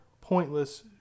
pointless